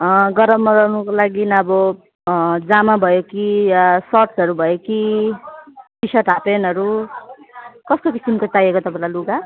गरममा लगाउनको लागि अब जामा भयो कि या सर्ट्सहरू भयो कि टिसर्ट हाफ्पेन्टहरू कस्तो किसिमको चाहिएको तपाईँलाई लुगा